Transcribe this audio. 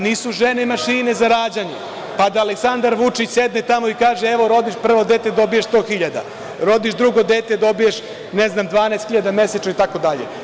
Nisu žene mašine za rađanje, pa da Aleksandar Vučić sedne tamo kaže – Evo, rodiš prvo dete dobiješ 100 hiljada, rodiš drugo dete dobiješ ne znam, 12 hiljada mesečno, itd.